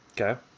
Okay